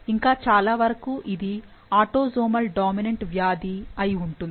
ఇంకా చాలావరకు ఇది ఆటోసోమల్ డామినెంట్ వ్యాధి అయి ఉంటుంది